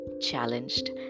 challenged